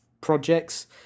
Projects